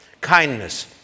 kindness